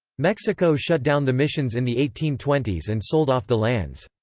mexico shut down the missions in the eighteen twenty s and sold off the lands.